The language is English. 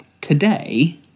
Today